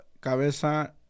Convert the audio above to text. cabeza